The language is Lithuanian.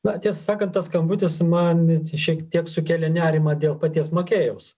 na tiesą sakant tas skambutis man šiek tiek sukėlė nerimą dėl paties makėjaus